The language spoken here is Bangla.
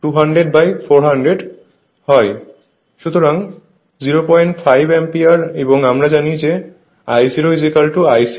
সুতরাং 05 অ্যাম্পিয়ার এবং আমরা জানি যে I₀ Ic jIm